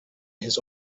his